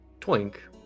twink